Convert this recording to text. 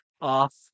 off